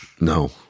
no